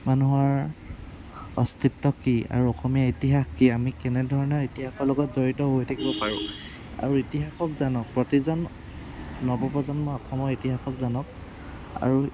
মানুহৰ অস্তিত্ব কি আৰু অসমীয়া ইতিহাস কি আমি কেনেধৰণে ইতিহাসৰ লগত জড়িত হৈ থাকিব পাৰোঁ আৰু ইতিহাসক জানক প্ৰতিজন নৱপ্ৰজন্মই অসমৰ ইতিহাসক জানক আৰু